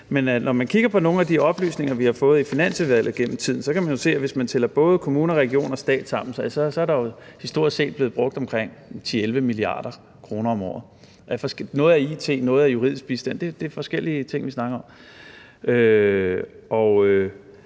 nogle af de oplysninger, vi har fået i Finansudvalget gennem tiden, kan man jo se, at hvis man tæller både kommuner og regioner og stat sammen, så er der jo historisk set blevet brugt omkring 10-11 mia. kr. om året. Noget er it, noget er juridisk bistand. Det er forskellige ting, vi snakker om.